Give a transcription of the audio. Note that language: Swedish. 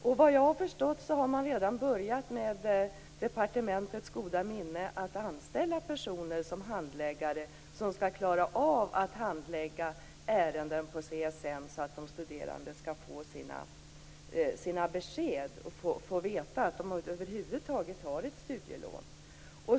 Såvitt jag har förstått har man redan med departementets goda minne börjat anställa personer som skall klara av att handlägga ärenden på CSN så att de studerande skall få sina besked och få veta att de över huvud taget har ett studielån.